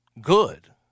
good